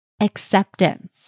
acceptance